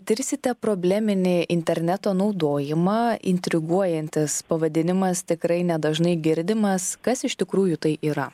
tirsite probleminį interneto naudojimą intriguojantis pavadinimas tikrai nedažnai girdimas kas iš tikrųjų tai yra